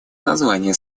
название